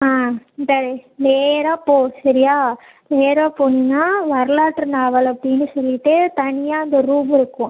ஆ இந்தாரு நேராக போ சரியா நேராக போனேன்னா வரலாற்று நாவல் அப்படின்னு சொல்லிவிட்டு தனியாக அந்த ரூம் இருக்கும்